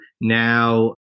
now